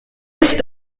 ist